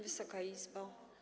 Wysoka Izbo!